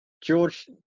George